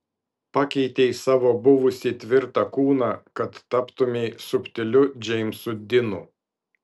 pakeitei savo buvusį tvirtą kūną kad taptumei subtiliu džeimsu dinu